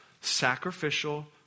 sacrificial